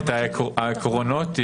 העקרונות ייושמו.